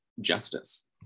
justice